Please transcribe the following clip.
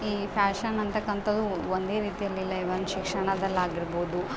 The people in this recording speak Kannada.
ಈ ಫ್ಯಾಷನ್ ಅಂತಕ್ಕಂಥವ್ ಒಂದೆ ರೀತಿಯಲ್ಲಿಲ್ಲ ಇವನ್ ಶಿಕ್ಷಣದಲ್ಲಾಗಿರ್ಬೋದು